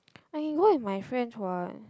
I can go with my friends what